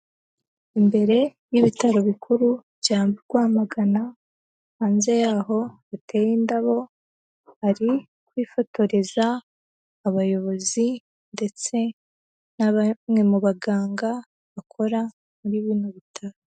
Imbere y'ibitaro bikuru bya Rwamagana, hanze yaho hateye indabo hari kwifotoreza abayobozi ndetse na bamwe mu baganga bakora muri bino bitaro.